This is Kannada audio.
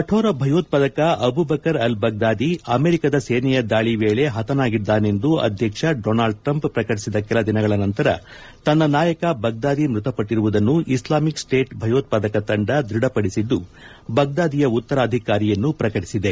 ಕಕೋರ ಭಯೋತ್ಪಾದಕ ಅಬುಬಕರ್ ಅಲ್ ಬಗ್ದಾದಿ ಅಮೆರಿಕದ ಸೇನೆಯ ದಾಳಿ ವೇಳೆ ಹತನಾಗಿದ್ದಾನೆಂದು ಅಧ್ಯಕ್ಷ ಡೊನಾಲ್ಡ್ ಟ್ರಂಪ್ ಪ್ರಕಟಿಸಿದ ಕೆಲ ದಿನಗಳ ನಂತರ ತನ್ನ ನಾಯಕ ಬಗ್ದಾದಿ ಮೃತಪಟ್ಟರುವುದನ್ನು ಇಸ್ಲಾಮಿಕ್ ಸ್ಟೇಟ್ ಭಯೋತ್ಪಾದಕ ತಂಡ ದೃಢಪಡಿಸಿದ್ದು ಬಗ್ದಾದಿಯ ಉತ್ತರಾಧಿಕಾರಿಯನ್ನು ಪ್ರಕಟಿಸಿದೆ